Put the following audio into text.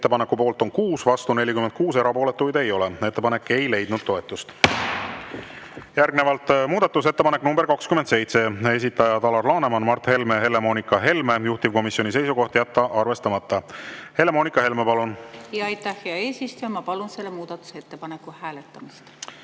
Ettepaneku poolt on 6, vastu 43, erapooletuid ei ole. Ettepanek ei leidnud toetust. Järgnevalt muudatusettepanek nr 40, esitajad Mart Helme ja Helle-Moonika Helme, juhtivkomisjoni seisukoht on jätta arvestamata. Helle-Moonika Helme, palun! Aitäh, hea eesistuja! Ma palun selle muudatusettepaneku hääletamist.